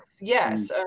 yes